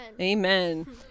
Amen